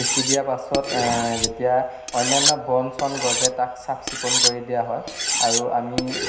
সিঁচি দিয়াৰ পাছত যেতিয়া অনান্য বন চন গজে তাক চাফ চিকুণ কৰি দিয়া হয় আৰু আমি